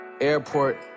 airport